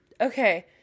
okay